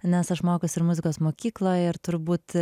nes aš mokiausi ir muzikos mokykloj ir turbūt